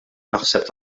naħseb